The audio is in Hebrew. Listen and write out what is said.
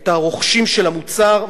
את הרוכשים של המוצר,